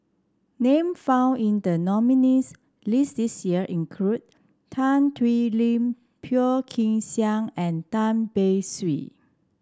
name found in the nominees' list this year include Tan Thoon Lip Phua Kin Siang and Tan Beng Swee